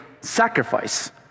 sacrifice